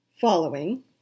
following